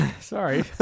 Sorry